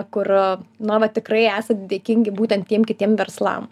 kur na va tikrai esat dėkingi būtent tiem kitiem verslam